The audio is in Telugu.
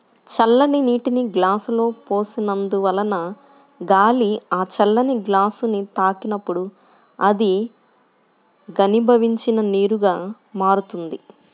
చల్లటి నీటిని గ్లాసులో పోసినందువలన గాలి ఆ చల్లని గ్లాసుని తాకినప్పుడు అది ఘనీభవించిన నీరుగా మారుతుంది